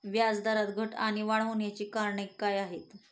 व्याजदरात घट आणि वाढ होण्याची कारणे काय आहेत?